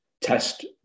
test